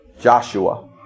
Joshua